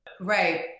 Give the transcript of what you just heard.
Right